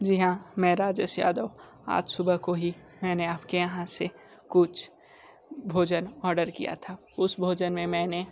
जी हाँ मैं राजेश यादव आज सुबह को ही मैंने आपके यहाँ से कुछ भोजन आर्डर किया था उस भोजन में मैंने